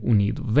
Unido